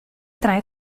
tre